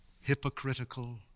hypocritical